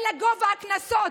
זה גובה הקנסות.